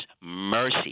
mercy